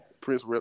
Prince